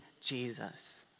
Jesus